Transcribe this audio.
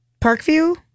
Parkview